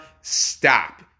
Stop